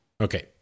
Okay